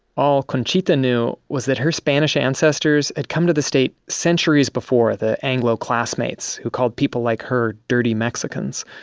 all conchita knew was that her spanish ancestors had come to the state centuries before the anglo classmates who called people like her dirty mexicans.